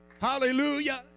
Hallelujah